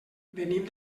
venim